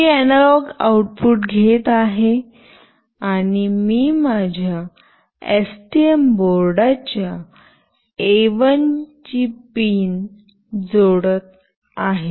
मी analog output घेत आहे आणि मी माझ्या एसटीएम बोर्डाच्या ए1 ची पिन जोडत आहे